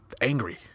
angry